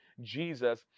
Jesus